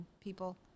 people